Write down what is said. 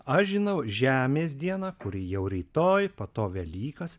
aš žinau žemės dieną kuri jau rytoj po to velykas